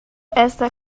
esta